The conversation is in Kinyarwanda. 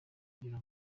kugira